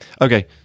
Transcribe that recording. okay